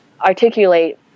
articulate